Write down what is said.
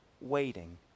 waiting